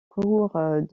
cours